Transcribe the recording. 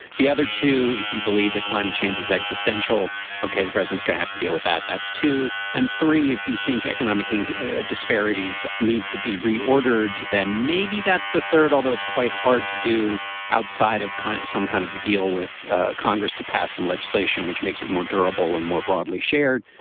the other two if you believe that climate change is existential ok the president's gonna have to deal with that that's two and three if you think economic and ah disparities need to be reordered then maybe that's the third although it's quite hard to do outside of some kind of deal with ah congress to pass some legislation which makes it more durable and more broadly shared.